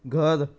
घर